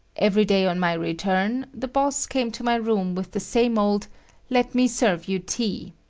every day on my return, the boss came to my room with the same old let me serve you tea.